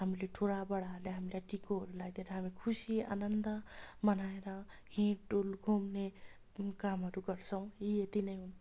हामीले ठुला बडाहरूले हामीलाई टिकोहरू लगाइदिएर हामी खुसी आनन्द मनाएर हिँड्डुल घुम्ने कामहरू गर्छौँ यी यति नै हुन्